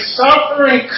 suffering